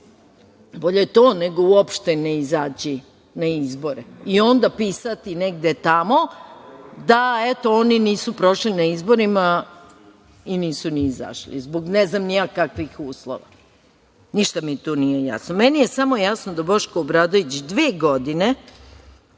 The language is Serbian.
Bolje to, nego uopšte ne izaći na izbore i onda pisati negde tamo da oni nisu prošli na izborima i nisu ni izašli zbog ne znam kakvih uslova. Ništa mi tu nije jasno. Meni je samo jasno da Boško Obradović dve godine